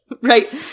right